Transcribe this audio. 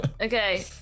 Okay